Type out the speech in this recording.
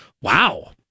Wow